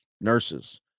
nurses